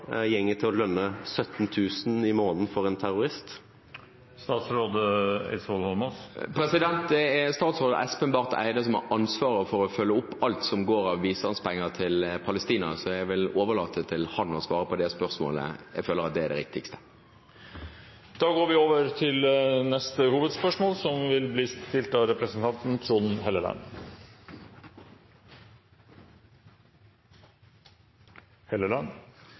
en terrorist med 17 000 kr i måneden? Det er statsråd Espen Barth Eide som har ansvaret for å følge opp alt som går av bistandspenger til palestinerne, så jeg vil overlate til ham å svare på det spørsmålet. Jeg føler at det er det riktigste. Da går vi til neste hovedspørsmål.